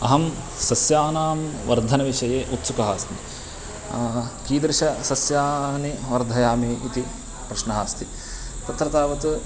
अहं सस्यानां वर्धनविषये उत्सुकः अस्मि कीदृशसस्यानि वर्धयामि इति प्रश्नः अस्ति तत्र तावत्